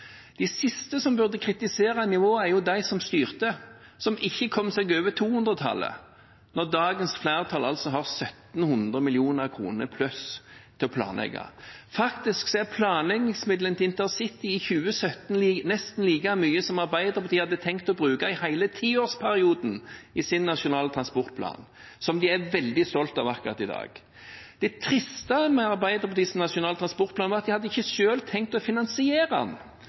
De siste som burde kritisere nivået, er jo de som styrte, som ikke kom seg over 200-tallet – når dagens flertall altså har 1 700 mill. kr i pluss til å planlegge. Faktisk er planleggingsmidlene til intercity i 2017 nesten like mye som det Arbeiderpartiet hadde tenkt å bruke i hele tiårsperioden i sin nasjonale transportplan, som de er veldig stolte av akkurat i dag. Det triste med Arbeiderpartiets nasjonale transportplan er at de hadde ikke selv tenkt å finansiere